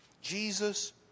Jesus